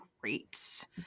great